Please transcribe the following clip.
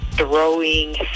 Throwing